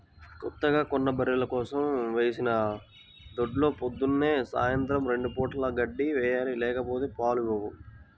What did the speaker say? కొత్తగా కొన్న బర్రెల కోసం వేసిన దొడ్లో పొద్దున్న, సాయంత్రం రెండు పూటలా గడ్డి వేయాలి లేకపోతే పాలు ఇవ్వవు